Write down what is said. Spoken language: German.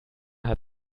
hat